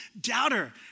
doubter